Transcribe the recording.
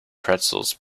pretzels